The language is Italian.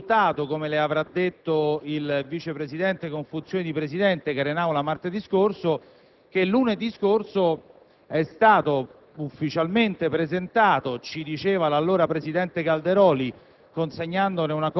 A noi è risultato, come le avrà detto il Vice presidente con funzioni di Presidente che era in Aula martedì scorso, che lunedì scorso è stato ufficialmente presentato (ci diceva l'allora presidente Calderoli)